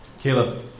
Caleb